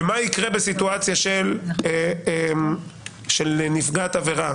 ומה יקרה בסיטואציה של נפגעת עבירה